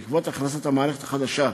בעקבות הכנסת מערכת המחשוב החדשה,